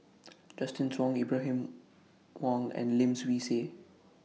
Justin Zhuang Ibrahim Awang and Lim Swee Say